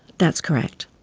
that's correct.